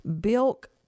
bilk